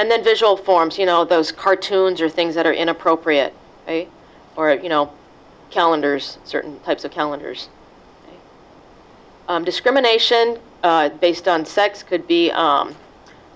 and then visual forms you know those cartoons or things that are inappropriate or you know calendars certain types of calendars discrimination based on sex could be